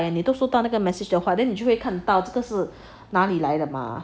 and 都收到那个 message hor then 你就会看到这个是哪里来的吗